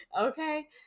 Okay